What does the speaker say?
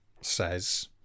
says